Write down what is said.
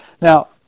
Now